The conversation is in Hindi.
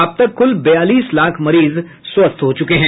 अब तक कुल बयालीस लाख मरीज स्वस्थ हो चुके हैं